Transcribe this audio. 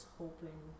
hoping